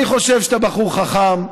אני חושב שאתה בחור חכם.